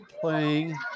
playing